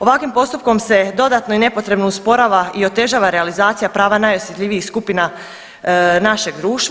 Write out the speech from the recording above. Ovakvim postupkom se dodatno i nepotrebno usporava i otežava realizacija prava najosjetljivijih skupina našeg društva.